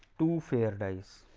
two fair dies,